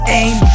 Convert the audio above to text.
aim